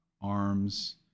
arms